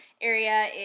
area